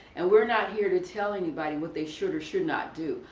and we're not here to tell anybody what they should or should not do.